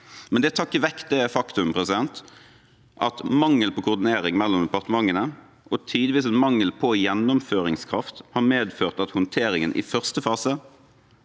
vekk det faktum at mangel på koordinering mellom departementene, og tidvis mangel på gjennomføringskraft, har medført at håndteringen i første fase